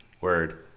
Word